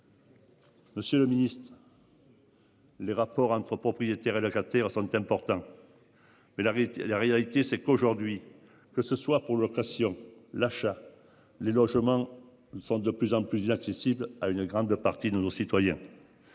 Monsieur le Ministre. Les rapports entre propriétaires et locataires sont importants. Mais la réalité, la réalité c'est qu'aujourd'hui. Que ce soit pour l'occasion l'achat les logements sont de plus en plus accessible à une grande partie de nos citoyens.